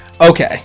Okay